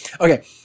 okay